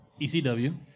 ECW